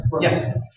Yes